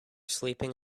sleeping